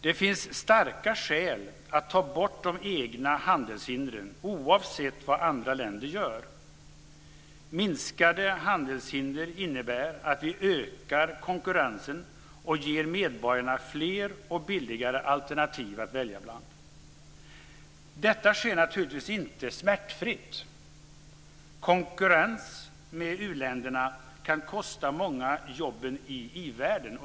Det finns starka skäl att ta bort de egna handelshindren oavsett vad andra länder gör. Minskade handelshinder innebär att vi ökar konkurrensen och ger medborgarna fler och billigare alternativ att välja bland. Detta sker naturligtvis inte smärtfritt. Konkurrens med u-länderna kan kosta många jobben i ivärlden.